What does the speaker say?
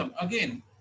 Again